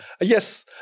Yes